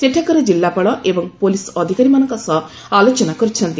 ସେଠାକାର ଜିଲ୍ଲାପାଳ ଏବଂ ପ୍ରଲିସ୍ ଅଧିକାରୀମାନଙ୍କ ସହ ଆଲୋଚନା କରିଛନ୍ତି